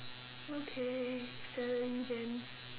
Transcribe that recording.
okay celery then